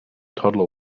toddler